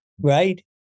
Right